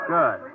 Good